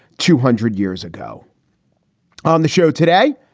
two hundred years ago on the show today.